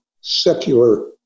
secular